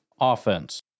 offense